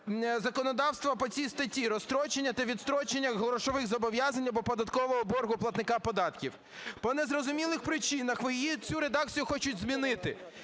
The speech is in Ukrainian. законодавства по цій статті: розстрочення та відстрочення грошових зобов'язань або податкового боргу платника податків. По незрозумілих причинах її, цю редакцію, хочуть змінити.